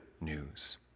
news